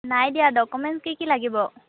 নই দিয়া ডকুমেন্টছ কি কি লাগিব